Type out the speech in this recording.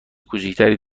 کوچکتری